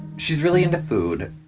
she's really into food.